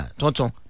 tonton